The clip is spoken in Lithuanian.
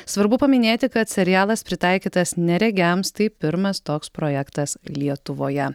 svarbu paminėti kad serialas pritaikytas neregiams tai pirmas toks projektas lietuvoje